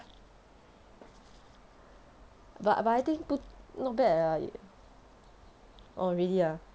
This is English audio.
but but I think 不 not bad ah orh really ah